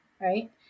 right